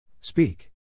Speak